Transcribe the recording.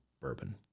bourbon